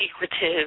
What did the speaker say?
secretive